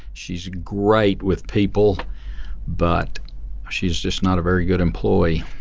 she's great with people but she's just not a very good employee.